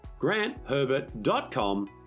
grantherbert.com